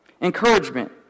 Encouragement